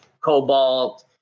cobalt